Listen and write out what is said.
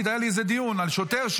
לי סיפורים.